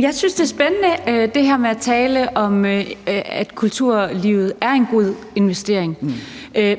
Jeg synes, det er spændende at tale om, at kulturlivet er en god investering.